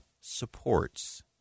supports